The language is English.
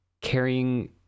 carrying